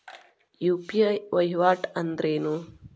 UPI ವಹಿವಾಟ್ ಅಂದ್ರೇನು?